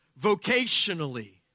vocationally